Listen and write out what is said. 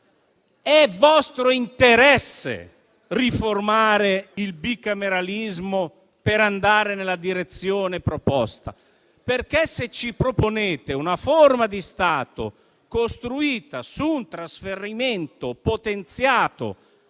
È vostro interesse riformare il bicameralismo per andare nella direzione proposta. Se ci proponete una forma di Stato costruita su un trasferimento potenziato